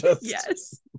yes